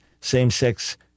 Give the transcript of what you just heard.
same-sex